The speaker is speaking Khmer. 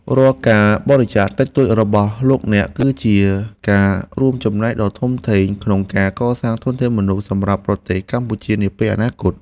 រាល់ការបរិច្ចាគតិចតួចរបស់លោកអ្នក គឺជាការរួមចំណែកដ៏ធំធេងក្នុងការកសាងធនធានមនុស្សសម្រាប់ប្រទេសកម្ពុជានាពេលអនាគត។